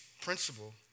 principle